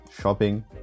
shopping